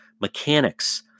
mechanics